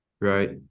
Right